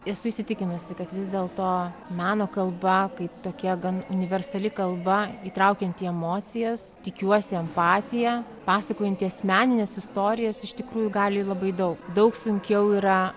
esu įsitikinusi kad vis dėl to meno kalba kaip tokie gan universali kalba įtraukianti emocijas tikiuosi empatiją pasakojanti asmenines istorijas iš tikrųjų gali labai daug daug sunkiau yra